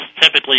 typically